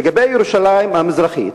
לגבי ירושלים המזרחית,